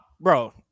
Bro